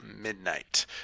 midnight